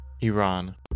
Iran